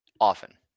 often